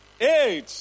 Eight